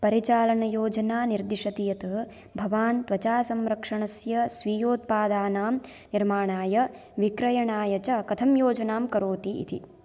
परिचालनयोजना निर्दिशति यत् भवान् त्वचासंरक्षणस्य स्वीयोत्पादानां निर्माणाय विक्रयणाय च कथं योजनां करोति इति